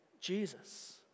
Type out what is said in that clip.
Jesus